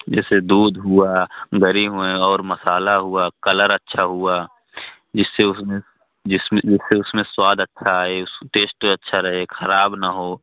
जैसे दूध हुआ है और मसाला हुआ कलर अच्छा हुआ जिससे उसमें जिससे उसमें स्वाद अच्छा आए टेस्ट अच्छा रहे खराब न हो